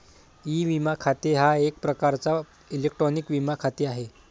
E विमा खाते हा एक प्रकारचा इलेक्ट्रॉनिक विमा खाते आहे